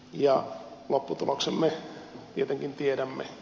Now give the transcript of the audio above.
lopputuloksen me tietenkin tiedämme